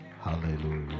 Hallelujah